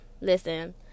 listen